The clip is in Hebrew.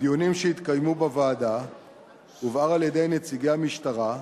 בדיונים שהתקיימו בוועדה הובהר על-ידי נציגי המשטרה,